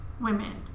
women